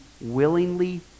willingly